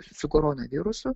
su koronavirusu